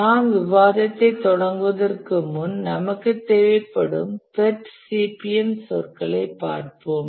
நாம் விவாதத்தை தொடங்குவதற்கு முன் நமக்குத் தேவைப்படும் சில PERT CPM சொற்களைப் பார்ப்போம்